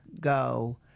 go